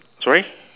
sorry